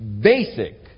basic